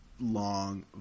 long